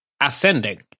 ascending